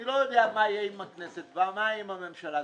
אני לא יודע מה יהיה עם הכנסת ומה עם הממשלה.